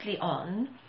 on